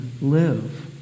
live